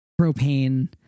propane